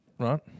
Right